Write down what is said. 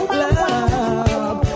love